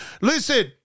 Listen